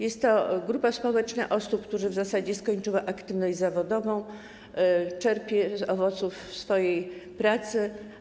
Jest to grupa społeczna osób, które w zasadzie zakończyły aktywność zawodową, czerpią z owoców swojej pracy.